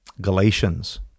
Galatians